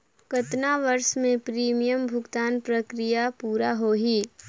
कतना वर्ष मे प्रीमियम भुगतान प्रक्रिया पूरा होही?